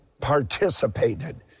participated